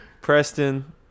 Preston